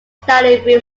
study